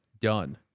done